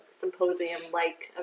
symposium-like